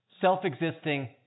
self-existing